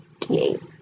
D8